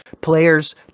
Players